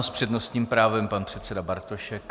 S přednostním právem pan předseda Bartošek.